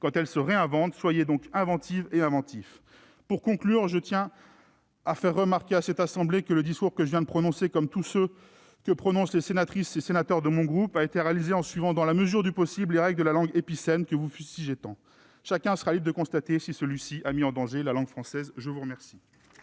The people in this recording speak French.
quand elle se réinvente. Soyez donc inventives et inventifs ! Pour conclure, je tiens à faire remarquer à cette assemblée que le discours que je viens de prononcer, comme tous ceux que prononcent les sénatrices et sénateurs de mon groupe, a été réalisé en suivant dans la mesure du possible les règles de cette langue épicène que vous fustigez tant. Chacun sera libre de constater si celui-ci a mis en danger la langue française ! La parole